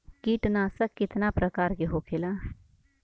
कीटनाशक कितना प्रकार के होखेला?